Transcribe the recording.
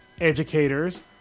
educators